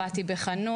וגם עבדתי בחנות.